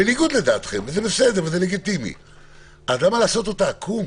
בניגוד לדעתכם, וזה בסדר - למה לעשות אותה עקום?